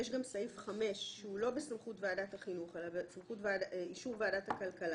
יש גם את סעיף 5 שהוא לא בסמכות ועדת החינוך אלא באישור ועדת הכלכלה.